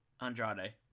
Andrade